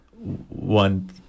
one